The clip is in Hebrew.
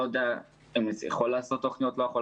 אני לא יודע אם אני יכול לעשות תוכניות או לא,